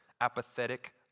apathetic